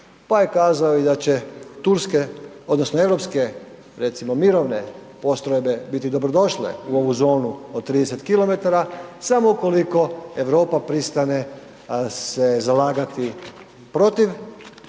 Pa je kazao i da će turske odnosno europske recimo mirovne postrojbe biti dobrodošle u ovu zonu od 30km samo ukoliko Europa pristane se zalagati protiv